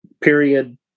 period